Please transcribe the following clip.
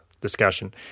discussion